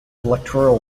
electoral